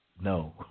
No